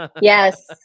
Yes